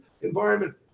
environment